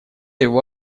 его